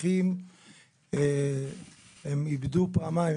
האחים איבדו פעמיים,